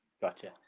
Gotcha